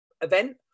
event